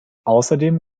außerdem